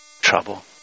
trouble